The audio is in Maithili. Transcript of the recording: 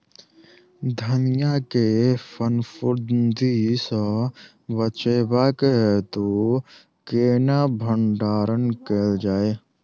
धनिया केँ फफूंदी सऽ बचेबाक हेतु केना भण्डारण कैल जाए?